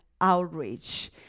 outreach